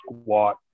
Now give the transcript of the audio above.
squat